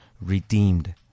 Redeemed